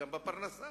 גם בפרנסה.